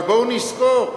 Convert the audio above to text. אבל בואו נזכור,